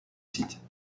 site